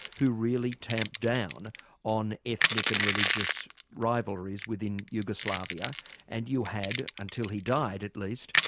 who really tamped down on ethnic and religious rivalries within yugoslavia and you had until he died at least,